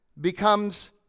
becomes